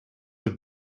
are